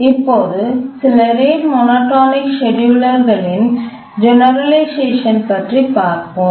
இப்போது சில rate monotonic scheduler களின் ஜெனரலைசேஷன் பற்றி பார்ப்போம்